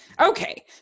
Okay